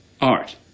Art